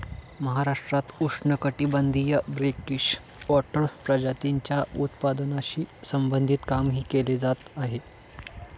महाराष्ट्रात उष्णकटिबंधीय brackish water प्रजातींच्या उत्पादनाशी संबंधित कामही केले जात आहे